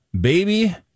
Baby